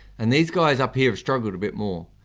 and these guys up here have struggled a bit more.